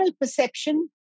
perception